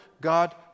God